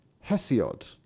Hesiod